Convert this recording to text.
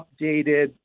updated